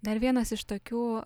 dar vienas iš tokių